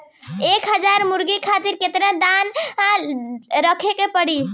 एक हज़ार मुर्गी खातिर केतना दाना रखे के पड़ी?